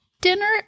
dinner